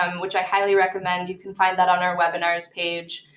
um which i highly recommend. you can find that on our webinars page.